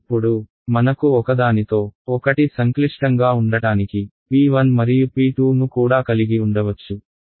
ఇప్పుడు మనకు ఒకదానితో ఒకటి సంక్లిష్టంగా ఉండటానికి p 1 మరియు p2 ను కూడా కలిగి ఉండవచ్చు